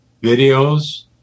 videos